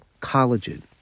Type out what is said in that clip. collagen